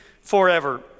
forever